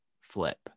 flip